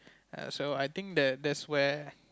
err so I think that that's where